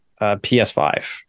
ps5